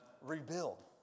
rebuild